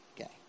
Okay